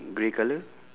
grey colour